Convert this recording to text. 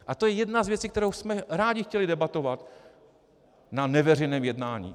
To je jedna z věcí, kterou jsme rádi chtěli debatovat na neveřejném jednání.